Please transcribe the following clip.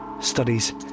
Studies